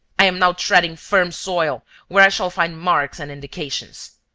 i am now treading firm soil, where i shall find marks and indications.